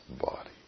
body